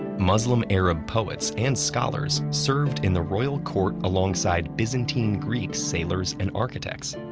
muslim arab poets and scholars served in the royal court alongside byzantine greek sailors and architects.